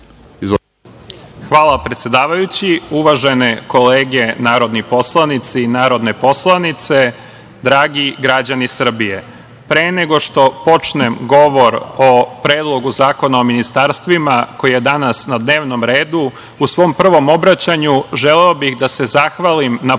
Hvala, predsedavajući. Uvažene kolege narodni poslanici, narodne poslanice, dragi građani Srbije, pre nego što počnem govor o Predlogu zakona o ministarstvima, koji je danas na dnevnom redu, u svom prvom obraćanju želeo bih da se zahvalim na poverenju